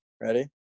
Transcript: ready